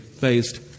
based